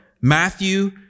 Matthew